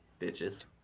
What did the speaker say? Bitches